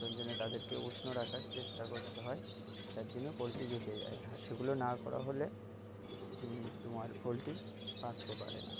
জন্য তাদেরকে উষ্ণ রাখার চেষ্টা করতে হয় যার জন্য পোলট্রী বেঁচে যায় আর সেগুলো না করা হলে তোমার পোলট্রী বাঁচতে পারে না